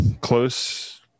close